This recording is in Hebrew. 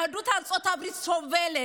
יהדות ארצות הברית סובלת,